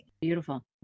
Beautiful